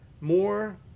more